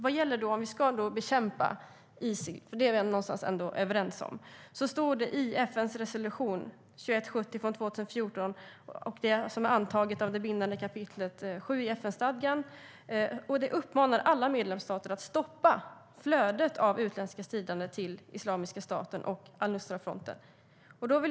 Vad gäller att vi ska bekämpa Isil - det är vi ändå någonstans överens om - uppmanar FN:s resolution 2170 från 2014, som har antagits under det bindande kapitlet VII i FN-stadgan, alla medlemsstater att stoppa flödet av utländska stridande till Islamiska staten och al-Nusra-fronten.